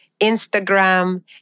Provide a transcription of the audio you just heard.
Instagram